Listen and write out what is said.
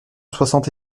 soixante